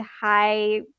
high